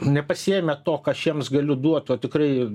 nepasiėmę to ką aš jiems galiu duot o tikrai